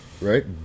right